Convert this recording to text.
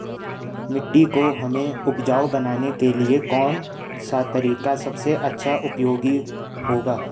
मिट्टी को हमें उपजाऊ बनाने के लिए कौन सा तरीका सबसे अच्छा उपयोगी होगा?